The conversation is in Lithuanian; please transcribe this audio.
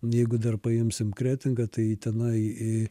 jeigu dar paimsim kretingą tai tenai į